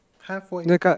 halfway